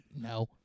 No